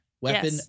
Weapon